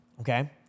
okay